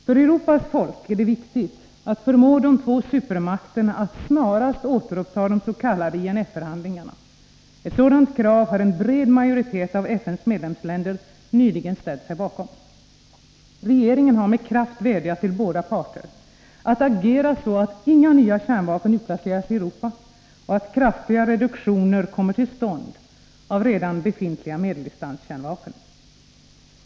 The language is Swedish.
För Europas folk är det viktigt att förmå de två supermakterna att snarast återuppta de s.k. INF-förhandlingarna. Ett sådant krav har en bred majoritet av FN:s medlemsländer nyligen ställt sig bakom. Regeringen har med kraft vädjat till båda parter att agera så, att inga nya kärnvapen utplaceras i Europa och att kraftiga reduktioner kommer till stånd av redan befintliga medeldistanskärnvapen.